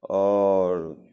आओर